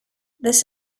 this